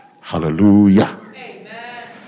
Hallelujah